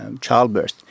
childbirth